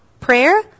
prayer